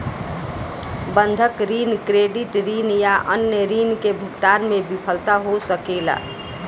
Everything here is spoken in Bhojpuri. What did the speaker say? बंधक ऋण, क्रेडिट ऋण या अन्य ऋण के भुगतान में विफलता हो सकेला